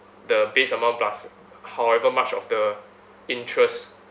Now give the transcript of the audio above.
the base amount plus however much of the interest